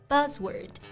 Buzzword